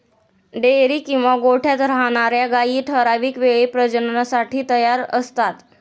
dairy किंवा गोठ्यात राहणार्या गायी ठराविक वेळी प्रजननासाठी तयार असतात